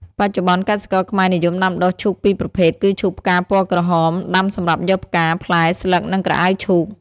បច្ចុប្បន្ន កសិករខ្មែរនិយមដាំដុះឈូក២ប្រភេទគឺឈូកផ្កាពណ៌ក្រហម ដាំសម្រាប់យកផ្កា ផ្លែ ស្លឹក និងក្រអៅឈូក ។